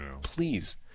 Please